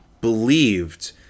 believed